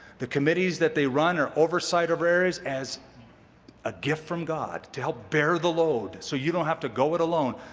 the committees that they run or oversight over areas as a gift from god to help bear the load, so you don't have to go it alone.